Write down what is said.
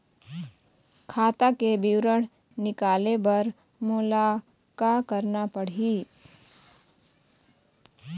खाता के विवरण निकाले बर मोला का करना पड़ही?